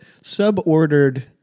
sub-ordered